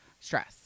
stress